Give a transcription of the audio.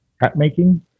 Hat-making